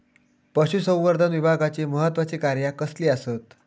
पशुसंवर्धन विभागाची महत्त्वाची कार्या कसली आसत?